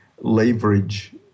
leverage